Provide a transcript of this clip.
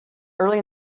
early